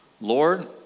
Lord